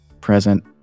present